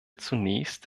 zunächst